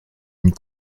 une